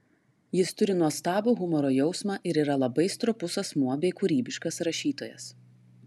jis turi nuostabų humoro jausmą ir yra labai stropus asmuo bei kūrybiškas rašytojas